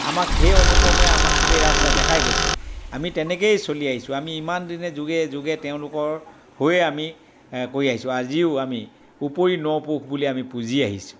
আমাক সেই অনুক্ৰমে আমাক গোটেই ৰাস্তা দেখুৱাই গৈছে আমি তেনেকেই চলি আহিছোঁ আমি ইমান দিনে যুগে যুগে তেওঁলোকৰ হৈয়ে আমি কৰি আহিছোঁ আজিও আমি উপৰি নপুৰুষ বুলি আমি পূঁজি আহিছোঁ